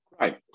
Right